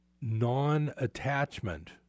non-attachment